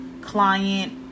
client